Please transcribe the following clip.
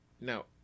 Now